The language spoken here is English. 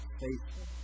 faithful